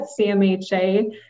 CMHA